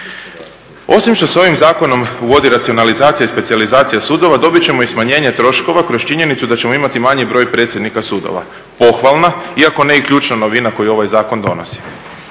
Osim što se ovim zakonom uvodi racionalizacija i specijalizacija sudova dobit ćemo i smanjenje troškova kroz činjenicu da ćemo imati manji broj predsjednika sudova. Pohvalna, iako ne i ključna novina koju ovaj zakon donosi.